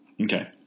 Okay